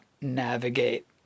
navigate